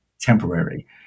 temporary